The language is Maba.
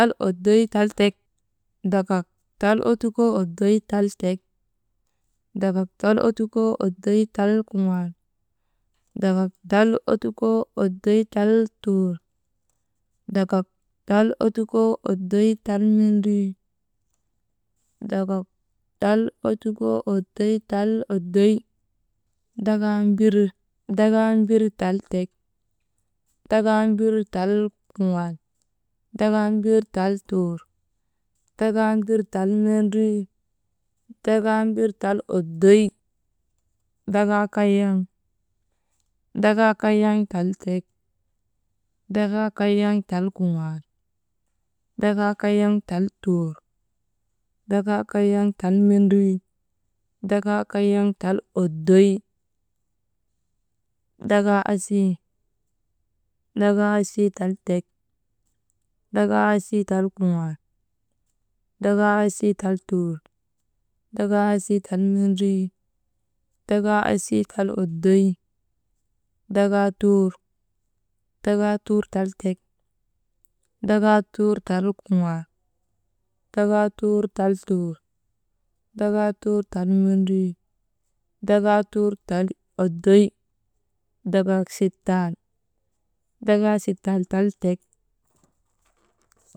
Tal oddoy tal tek, dakak tal ottukoo oddoy tal tek, dakak tal ottukoo oddoy tal kuŋaal, dakak tal ottukoo oddoy tal tuur, dakak tal ottukoo oddoy tal mendrii, dakak tal ottukoo oddoy tal, oddoy, dakaa mbir, dakaa mbir tal tek, dakaa mbir tal kuŋaal, dakaa mbir tal tuur, dakaa mbir tal mendrii, dakaa mbir tal oddoy, dakaa kayaŋ, dakaa kayaŋ tal tek, dakaa kayaŋ tal kuŋaal, dakaa kayaŋ tal tuur, dakaa kayaŋ tal mendrii, dakaa kayaŋ tal oddoy, dakaa asii, dakaa asii tal tek, dakaa asii tal kuŋaal, dakaa asii tal tuur, dakaa asii tal mendrii, dakaa asii tal oddoy, dakaa tuur, dakaa tuur tal tek, dakaa tuur tal kuŋaal, dakaa tuur tal tuur, dakaa tuur tal mendrii, dakaa tuur tal oddoy, dakaa sittii, dakaa sittii tal tek.